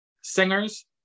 singers